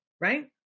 right